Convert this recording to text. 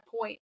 point